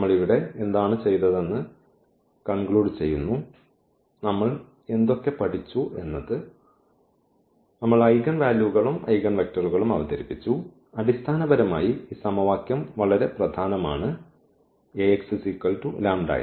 നമ്മൾ ഇവിടെ എന്താണ് ചെയ്തതെന്ന് കൺക്ലൂഡ് ചെയ്യുന്നു നമ്മൾ എന്തൊക്കെ പഠിച്ചു എന്നത് നമ്മൾ ഐഗൺ വാല്യൂകളും ഐഗൺവെക്ടറും അവതരിപ്പിച്ചു അടിസ്ഥാനപരമായി ഈ സമവാക്യം വളരെ പ്രധാനമാണ് ഈ Ax λx